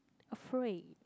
afraid